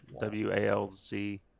W-A-L-Z